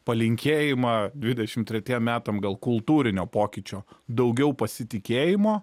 palinkėjimą dvidešim tretiem metam gal kultūrinio pokyčio daugiau pasitikėjimo